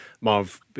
Marv